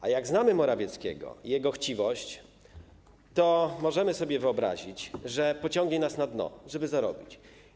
A jak znamy Morawieckiego i jego chciwość, to możemy sobie wyobrazić, że pociągnie nas na dno, żeby zarobić.